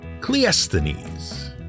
Cleisthenes